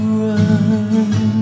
run